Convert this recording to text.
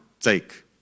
take